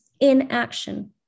inaction